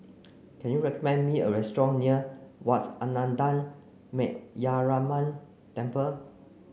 can you recommend me a restaurant near Wat Ananda Metyarama Temple